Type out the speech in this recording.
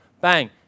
Bang